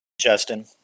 Justin